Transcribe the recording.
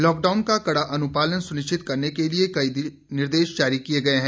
lockdown का कड़ा अनुपालन सुनिश्चित करने के लिए कई निर्देश जारी किए गए हैं